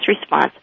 response